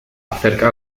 acerca